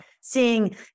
seeing